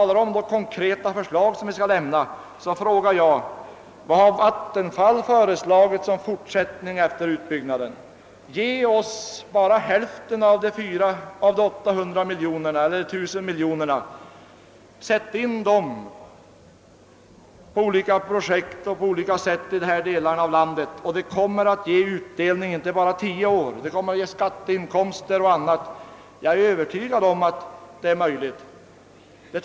Beträffande de konkreta förslag som vi skall lämna frågar jag: Vilka förslag har Vattenfall för en fortsatt sysselsättning efter utbyggnaden? Ge oss bara hälften av de 800 eller 1000 miljonerna och sätt in dem i olika projekt och på andra sätt 1 dessa delar av landet, så kommer de att ge utdelning, inte bara i tio år utan även efter denna tid, i form av skatteinkomster och annat. Jag är övertygad om att detta är en möjlig väg.